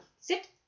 Sit